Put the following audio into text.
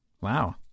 Wow